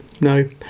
no